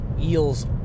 eels